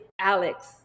Alex